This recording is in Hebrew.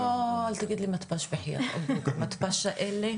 הו, אל תגיד לי מתפ"ש, מתפ"ש האלה